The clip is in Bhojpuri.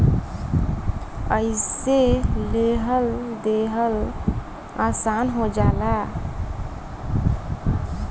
अइसे लेहल देहल आसन हो जाला